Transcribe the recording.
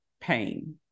pain